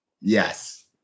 Yes